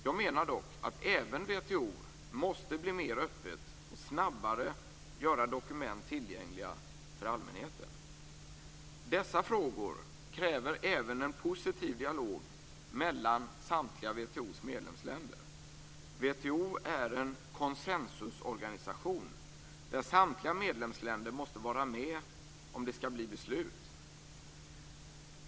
Jag menar dock att även WTO måste bli mer öppet och snabbare göra dokument tillgängliga för allmänheten. Dessa frågor kräver även en positiv dialog mellan samtliga WTO:s medlemsländer. WTO är en konsensusorganisation, där samtliga medlemsländer måste vara med om det skall bli beslut.